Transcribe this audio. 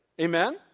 Amen